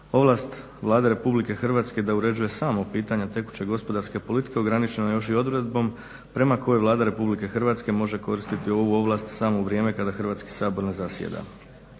ovlast Vlade RH da uređuje samo pitanja tekuće gospodarske politike ograničena je još i odredbom prema kojoj Vlada Republike Hrvatske može koristiti ovu ovlast samo u vrijeme kada Hrvatski sabor ne zasjeda.